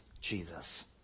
Jesus